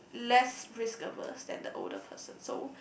less risk averse than a older person so